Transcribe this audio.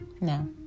no